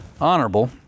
honorable